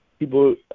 People